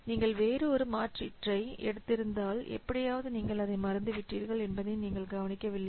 நீங்கள் வேறு ஒரு மாற்றீட்டை எடுத்திருந்தால் எப்படியாவது நீங்கள் அதை மறந்துவிட்டீர்கள் என்பதை நீங்கள் கவனிக்கவில்லை